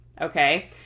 Okay